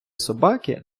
собаки